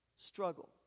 struggle